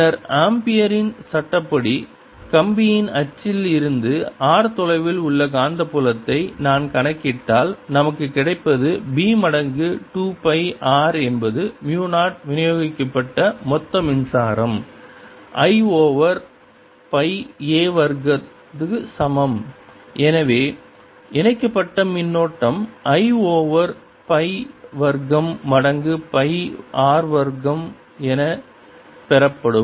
பின்னர் ஆம்பியரின் Ampere's சட்டப்படி கம்பியின் அச்சில் இருந்து r தொலைவில் உள்ள காந்தப்புலத்தை நான் கணக்கிட்டால் நமக்கு கிடைப்பது b மடங்கு 2 பை r என்பது மு 0 விநியோகிக்கப்பட்ட மொத்த மின்சாரம் I ஓவர் பை a வர்க்கம் க்கு சமம் எனவே இணைக்கப்பட்ட மின்னோட்டம் I ஓவர் பை வர்க்கம் மடங்கு பை r வர்க்கம் என பெறப்படும்